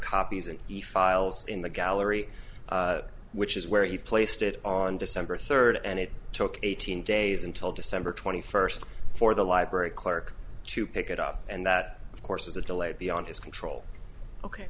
copies and the files in the gallery which is where he placed it on december third and it took eighteen days until december twenty first for the library clerk to pick it up and that of course was a delay beyond his control ok